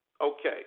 Okay